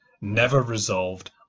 never-resolved